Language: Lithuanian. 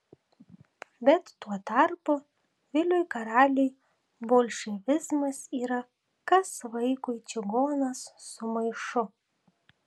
bet tuo tarpu viliui karaliui bolševizmas yra kas vaikui čigonas su maišu